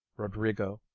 roderigo,